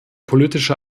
politische